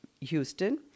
Houston